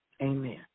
Amen